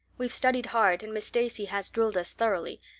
we've studied hard and miss stacy has drilled us thoroughly,